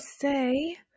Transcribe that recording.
say